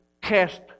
cast